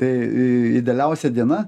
tai idealiausia diena